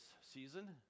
season